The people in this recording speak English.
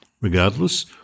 Regardless